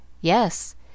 Yes